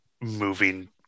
moving